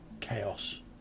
chaos